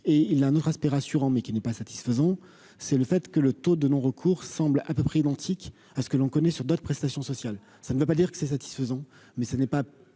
et il a un autre aspect rassurant mais qui n'est pas satisfaisant, c'est le fait que le taux de non-recours semble à peu près identiques à ce que l'on connaît sur d'autres prestations sociales, ça ne veut pas dire que c'est satisfaisant, mais ce n'est pas